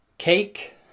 cake